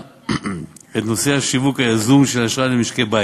את נושא השיווק היזום של אשראי למשקי-בית.